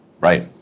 Right